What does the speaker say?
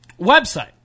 website